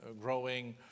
growing